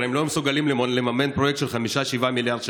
הרי הם לא מסוגלים לממן פרויקט של 5 7 מיליארד שקל,